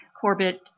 Corbett